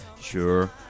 Sure